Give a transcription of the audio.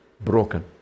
broken